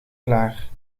klaar